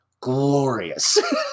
glorious